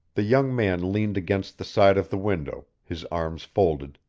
the young man leaned against the side of the window, his arms folded,